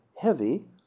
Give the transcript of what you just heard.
heavy